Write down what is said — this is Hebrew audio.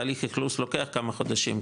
תהליך אכלוס לוקח כמה חודשים,